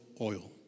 oil